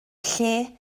lle